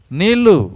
nilu